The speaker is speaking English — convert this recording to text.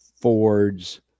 Fords